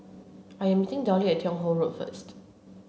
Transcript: I'm meeting Dollie at Teo Hong Road first